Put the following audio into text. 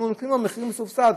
אנחנו נותנים לו מחיר מסובסד.